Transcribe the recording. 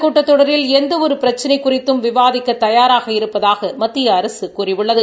கூட்டத்தொடரில் எந்த ஒரு பிரச்சினையும் குறித்து விவாதிக்க தயாராக இருப்பதாக மத்திய அரசு இந்த கூறியுள்ளது